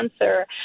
answer